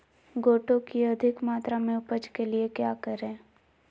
गोटो की अधिक मात्रा में उपज के लिए क्या करें?